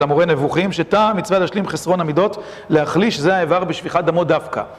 את המורה נבוכים, "שטעם המצוה במילה, להשלים חסרון המדות, להחליש זה האבר בשפיכת דמו דוקא"